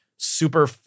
Super